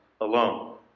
alone